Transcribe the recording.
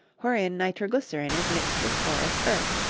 wherein nitroglycerin is mixed with porous earth,